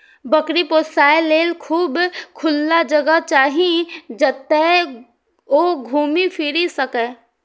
बकरी पोसय लेल खूब खुला जगह चाही, जतय ओ घूमि फीरि सकय